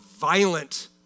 violent